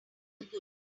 good